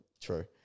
True